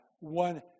One